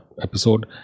episode